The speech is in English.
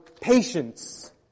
patience